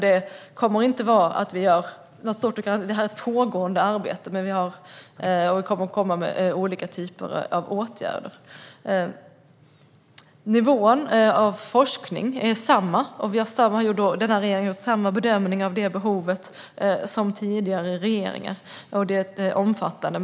Det är ett pågående arbete, och vi kommer att presentera olika typer av åtgärder. Nivån på forskningen är densamma, och den här regeringen gör samma bedömning av forskningsbehovet som tidigare regeringar har gjort.